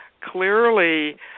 clearly